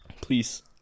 Please